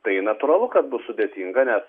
tai natūralu kad bus sudėtinga nes